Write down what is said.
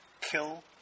kill